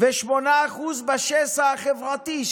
ו-8% בשסע החברתי.